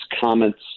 comments